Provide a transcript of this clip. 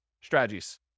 strategies